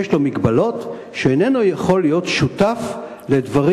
יש לו מגבלות שהוא איננו יכול שותף לדברים